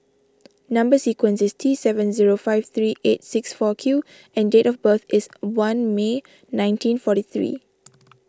Number Sequence is T seven zero five three eight six four Q and date of birth is one May nineteen forty three